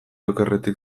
okerretik